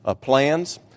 plans